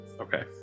Okay